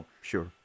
Sure